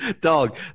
Dog